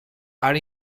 are